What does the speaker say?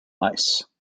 ice